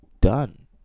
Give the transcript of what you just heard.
done